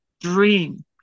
dream